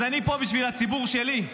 אז אני פה בשביל הציבור שלי,